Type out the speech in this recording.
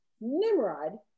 Nimrod